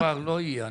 בוקר כבר לא יהיה.